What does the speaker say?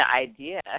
idea